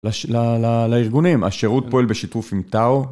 לארגונים, השירות פועל בשיתוף עם טאו.